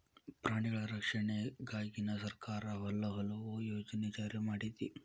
ಪ್ರಾಣಿಗಳ ರಕ್ಷಣೆಗಾಗಿನ ಸರ್ಕಾರಾ ಹಲವು ಯೋಜನೆ ಜಾರಿ ಮಾಡೆತಿ